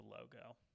logo